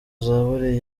zaburi